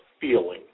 feeling